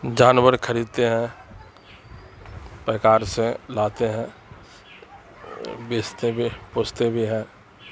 جانور خریدتے ہیں پیکار سے لاتے ہیں بیچتے بھی پوستے بھی ہیں